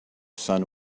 son